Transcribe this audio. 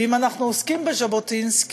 ואם אנחנו עוסקים בז'בוטינסקי,